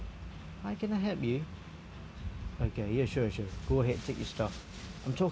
how can I help you okay ya sure sure go ahead take your stuff I'm talking